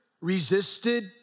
resisted